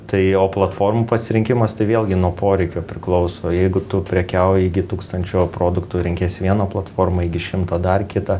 tai o platformų pasirinkimas tai vėlgi nuo poreikio priklauso jeigu tu prekiauji iki tūkstančio produktų renkiesi vieną platformą iki šimto dar kitą